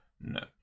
No